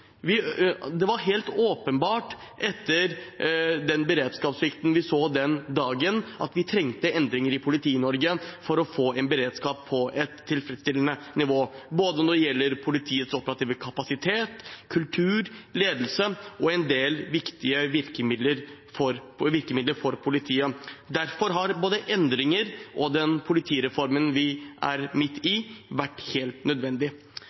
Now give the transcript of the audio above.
vi så den dagen, at vi trengte endringer i Politi-Norge for å få en beredskap på et tilfredsstillende nivå når det gjelder politiets operative kapasitet, kultur og ledelse, og når det gjelder en del viktige virkemidler for politiet. Derfor har endringer og den politireformen vi er midt inne i, vært helt nødvendig.